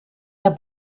der